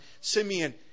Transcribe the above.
Simeon